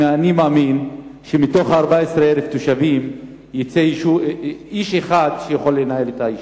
אני מאמין שמתוך 14,000 תושבים יצא איש אחד שיכול לנהל את היישוב.